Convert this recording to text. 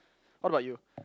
what about you